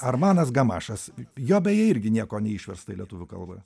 armanas gamašas jo beje irgi nieko neišversta į lietuvių kalbą